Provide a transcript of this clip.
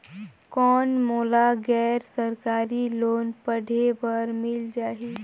कौन मोला गैर सरकारी लोन पढ़े बर मिल जाहि?